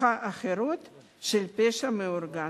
האחרות של הפשע המאורגן.